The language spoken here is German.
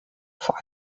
vor